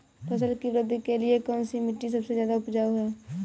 फसल की वृद्धि के लिए कौनसी मिट्टी सबसे ज्यादा उपजाऊ है?